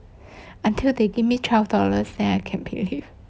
until they give me twelve dollars then I can believe